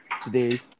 today